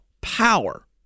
power